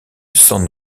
san